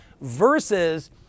versus